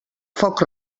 foc